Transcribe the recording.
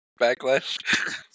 backlash